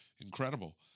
incredible